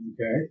Okay